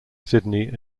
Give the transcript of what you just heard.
sydney